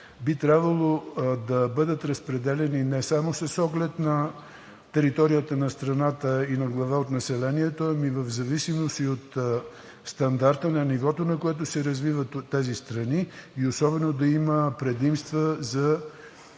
би трябвало да бъдат разпределяни не само с оглед на територията на страната и на глава от населението, ами в зависимост и от стандарта на нивото, на което се развиват тези страни, и особено да има предимства за